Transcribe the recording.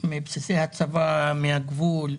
מבסיסי הצבא, מהגבול,